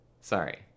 Sorry